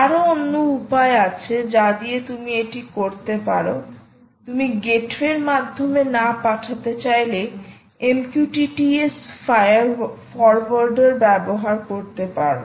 আরো অন্য উপায় আছে যা দিয়ে তুমি এটি করতে পারো তুমি গেটওয়ে এর মাধ্যমে না পাঠাতে চাইলে MQTT S ফরোয়ার্ডার ব্যবহার করতে পারো